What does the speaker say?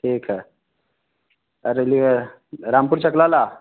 ठीक है अरेलिए रामपुर चकलाला